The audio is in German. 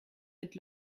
mit